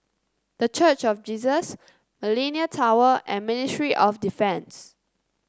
The Church of Jesus Millenia Tower and Ministry of Defence